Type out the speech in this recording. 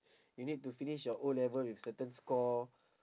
you need to finish your O-level with certain score